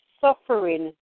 suffering